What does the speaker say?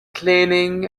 cleaning